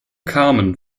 carmen